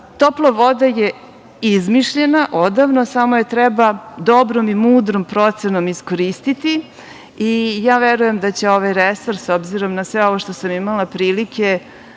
topla voda je izmišljena odavno, samo je treba dobrom i mudrom procenom iskoristiti i ja verujem da će ovaj resurs s obzirom na sve ovo što sam imala prilike